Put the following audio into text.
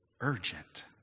urgent